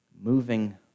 Moving